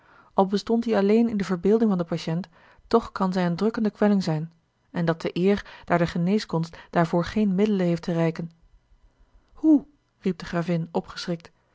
al bestond die alleen in de verbeelding van de patiënt toch kan zij eene drukkende kwelling zijn en dat te eer daar de geneeskonst daarvoor geen middelen heeft te reiken hoe riep de gravin opgeschrikt